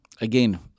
again